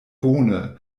bone